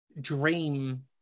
dream